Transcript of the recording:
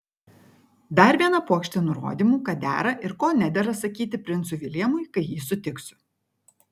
dar viena puokštė nurodymų ką dera ir ko nedera sakyti princui viljamui kai jį susitiksiu